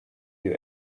you